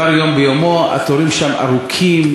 התורים שם ארוכים.